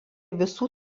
visų